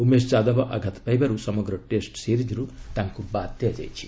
ଉମେଶ ଯାଦବ ଆଘାତ ପାଇବାରୁ ସମଗ୍ର ଟେଷ୍ଟ ସିରିଜ୍ରୁ ତାଙ୍କୁ ବାଦ୍ ଦିଆଯାଇଛି